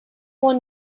one